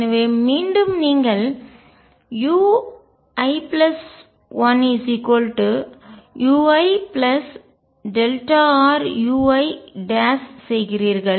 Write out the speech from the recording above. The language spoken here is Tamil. எனவே மீண்டும் நீங்கள் ui1uirui செய்கிறீர்கள்